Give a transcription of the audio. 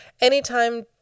Anytime